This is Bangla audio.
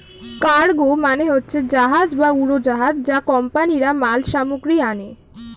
কার্গো মানে হচ্ছে জাহাজ বা উড়োজাহাজ যা কোম্পানিরা মাল সামগ্রী আনে